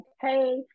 hey